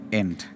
end